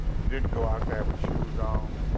you didn't go out there with shoes on.